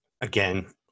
Again